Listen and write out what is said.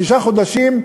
שישה חודשים,